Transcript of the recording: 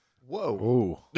Whoa